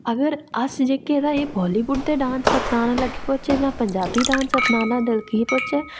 अगर अस जेह्के तां ई बालीबुड दे डांस अपनाना लग्गी पौह्चै तां पंजाबी डांस अपनाना लग्गी पौह्चै